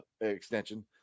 extension